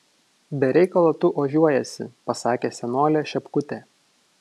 be reikalo tu ožiuojiesi pasakė senolė šepkutė